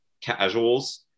casuals